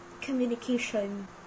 communication